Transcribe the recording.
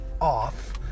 off